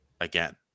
again